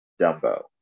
Dumbo